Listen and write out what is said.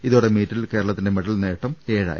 ഇതോടെ മീറ്റിൽ കേരളത്തിന്റെ മെഡൽ നേട്ടം ഏഴായി